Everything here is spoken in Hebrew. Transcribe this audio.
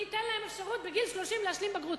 אני אתן להם אפשרות בגיל 30 להשלים בגרות.